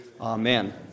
Amen